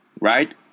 Right